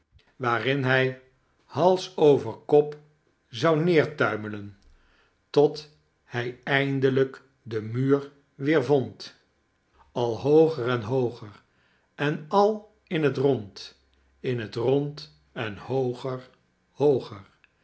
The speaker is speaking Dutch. waarin hij hals over kop zou neertuimelen tot hij eindelijk den muur weer vond al hooger en hooger en al in t rond in t rond en hooger hooger